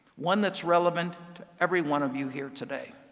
one that's relevant to every one of you here today,